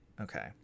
Okay